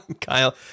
Kyle